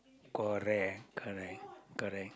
correct correct correct